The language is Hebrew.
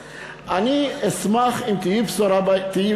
אני מבין שאת הולכת לענות על העניין הזה.